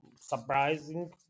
surprising